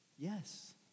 Yes